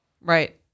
right